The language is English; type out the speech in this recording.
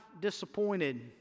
disappointed